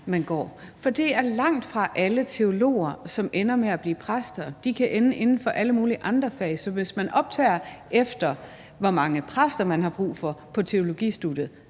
man går, for det er langtfra alle teologer, som ender med at blive præster. De kan ende inden for alle mulige andre fag. Så hvis man optager, efter hvor mange præster man har brug for, på teologistudiet,